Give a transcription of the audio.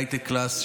הייטקלאס,